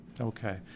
Okay